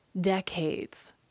decades